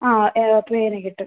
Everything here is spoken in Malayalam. ആ പെയറ് കിട്ടും